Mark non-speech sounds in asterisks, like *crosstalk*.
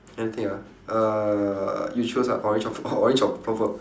anything ah uh you choose lah orange or pu~ *laughs* orange or purple